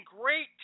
great